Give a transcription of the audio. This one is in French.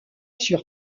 sur